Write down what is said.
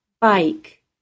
bike